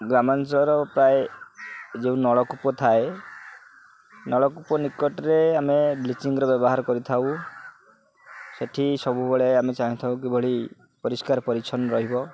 ଗ୍ରାମାଞ୍ଚଳର ପ୍ରାୟ ଯେଉଁ ନଳକୂପ ଥାଏ ନଳକୂପ ନିକଟରେ ଆମେ ବ୍ଲିଚିଙ୍ଗର ବ୍ୟବହାର କରିଥାଉ ସେଇଠି ସବୁବେଳେ ଆମେ ଚାହିଁଥାଉ କିଭଳି ପରିଷ୍କାର ପରିଚ୍ଛନ୍ନ ରହିବ